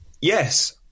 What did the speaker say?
yes